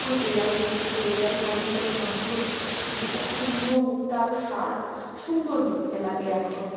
এখন এআই বেরিয়েছে এআই সরঞ্জামের মাধ্যমে ছবিটা সুন্দর মুখটা আরও শার্প সুন্দর দেখতে লাগে এখন